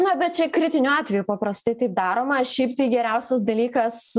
na bet čia kritiniu atveju paprastai taip daroma šiaip tai geriausias dalykas